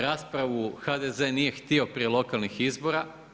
Raspravu HDZ nije htio prije lokalnih izbora.